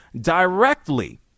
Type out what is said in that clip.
directly